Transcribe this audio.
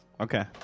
okay